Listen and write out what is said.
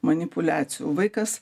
manipuliacijų vaikas